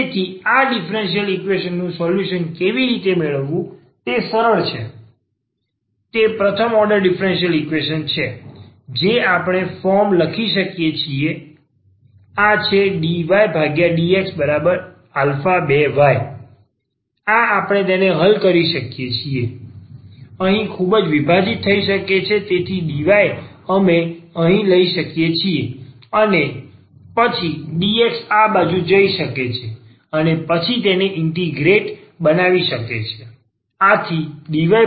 તેથી આ differential equation નું સોલ્યુશન કેવી રીતે મેળવવું તે સરળ છે તે પ્રથમ ઓર્ડર ડિફરન્સલ ઇક્વેશન છે જે આપણે આ ફોર્મ લખી શકીએ છીએ આ છે dydx2y આ આપણે તેને હલ કરી શકીએ છીએ અહીં ખૂબ જ વિભાજીત થઈ શકે છે તેથી dy અમે અહીં લઈ શકીએ છીએ અને પછી dx આ બાજુ જઈ શકે છે અને પછી તેને ઇન્ટીગ્રેટ બનાવી શકે છે